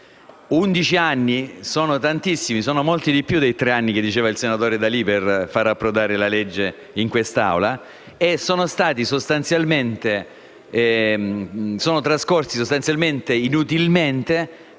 anni sono tantissimi, sono molti di più dei tre anni di cui parlava il senatore D'Alì per fare approdare la legge in quest'Aula, e sono trascorsi sostanzialmente inutilmente